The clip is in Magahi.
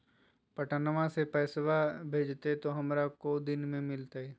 पटनमा से पैसबा भेजते तो हमारा को दिन मे मिलते?